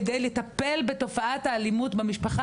כדי לטפל בתופעת האלימות במשפחה,